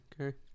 Okay